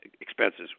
expenses